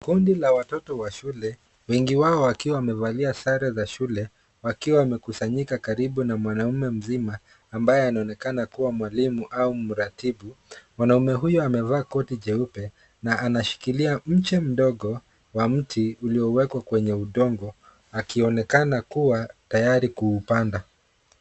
Kundi la watoto wa shule wengi wao wakiwa wamevalia sare za shule wakiwa wamekusanyika karibu na mwanaume mzima ambaye anaonekana kuwa mwalimu au mratibu. Mwanaume huyu amevaa koti jeupe na anashikilia mche mdogo wa mti uliowekwa kwenye udongo akionekana kuwa tayari kuupanda.